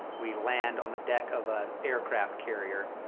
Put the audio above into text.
we land on the deck of an aircraft carrier,